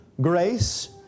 grace